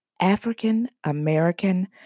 African-American